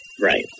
Right